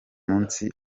munsi